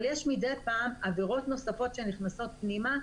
אבל יש מדי פעם עבירות נוספות שנכנסות פנימה,